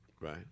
Right